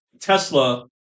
Tesla